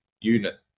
unit